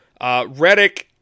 Redick